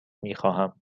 میخواهم